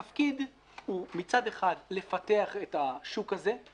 מצד אחד התפקיד הוא לפתח את השוק הזה,